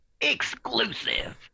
exclusive